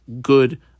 Good